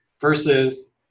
versus